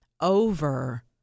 over